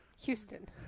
Houston